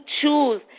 choose